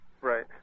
Right